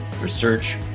research